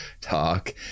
talk